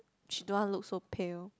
she don't want to look so pale